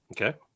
Okay